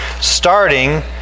starting